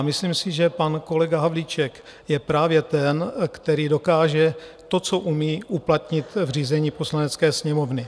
Myslím si, že pan kolega Havlíček je právě ten, který dokáže to, co umí, uplatnit v řízení Poslanecké sněmovny.